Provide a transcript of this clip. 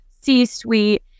C-suite